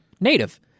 native